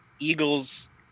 Eagles